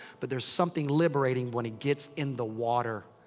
but there's something liberating when he gets in the water.